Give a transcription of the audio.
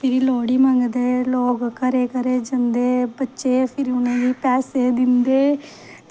फिरी लोह्ड़ी मंगदे लोग घरें घरें जंदे बच्चे फिर उनें ई पैसे दिंदे